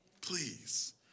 Please